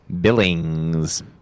Billings